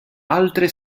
altre